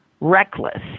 reckless